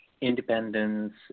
independence